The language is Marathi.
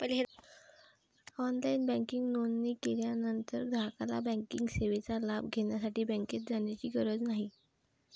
ऑनलाइन बँकिंग नोंदणी केल्यानंतर ग्राहकाला बँकिंग सेवेचा लाभ घेण्यासाठी बँकेत जाण्याची गरज नाही